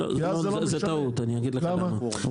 זה טעות אני אגיד לך למה,